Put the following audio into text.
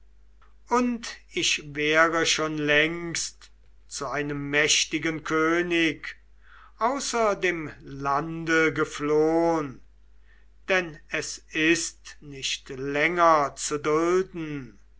und ich wäre schon längst zu einem mächtigen könig außer dem lande geflohn denn es ist nicht länger zu dulden